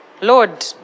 lord